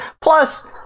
Plus